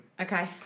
Okay